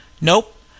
Nope